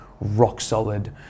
rock-solid